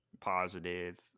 positive